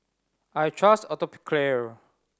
I trust Atopiclair